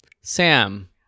Sam